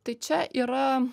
tai čia yra